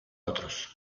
otros